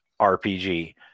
RPG